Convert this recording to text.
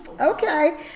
Okay